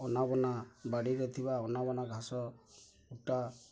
ଅନାବନା ବାଡ଼ିରେ ଥିବା ଅନାବନା ଘାସ କୁଟା